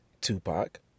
Tupac